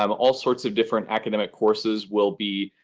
um all sorts of different academic courses will be